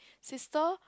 sister